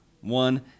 one